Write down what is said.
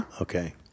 Okay